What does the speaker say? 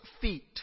feet